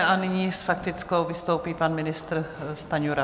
A nyní s faktickou vystoupí pan ministr Stanjura.